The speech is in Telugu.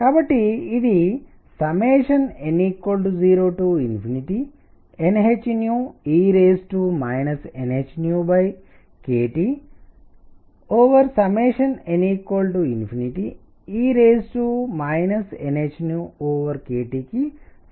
కాబట్టి ఇది n 0nhe nhkTn 0e nhkTకి సమానంగా ఉంటుంది